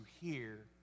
hear